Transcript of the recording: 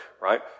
right